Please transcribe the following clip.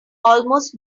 almost